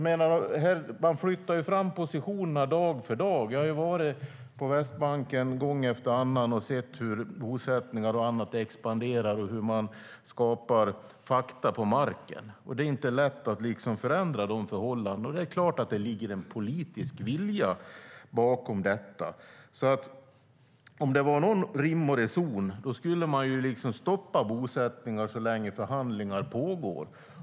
Man flyttar fram positionerna dag för dag. Jag har besökt Västbanken gång efter annan och sett hur bosättningarna expanderar och hur man skapar fakta på marken. Det är inte lätt att ändra de förhållandena. Det är klart att det ligger en politisk vilja bakom. Om det vore någon rim och reson skulle man stoppa bosättningarna så länge förhandlingarna pågår.